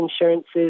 insurances